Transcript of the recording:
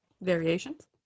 variations